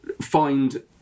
find